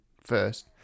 first